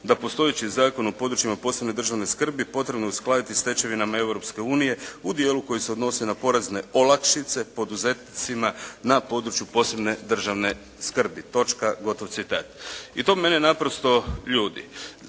“da postojeći Zakon o područjima od posebne državne skrbi potrebno je uskladiti sa stečevinama Europske unije u dijelu koji se odnosi na porezne olakšice poduzetnicima na području posebne državne skrbi.“ I to mene naprosto me ljuti.